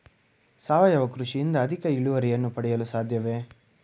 ಸಾವಯವ ಕೃಷಿಯಿಂದ ಅಧಿಕ ಇಳುವರಿಯನ್ನು ಪಡೆಯಲು ಸಾಧ್ಯವೇ?